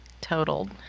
totaled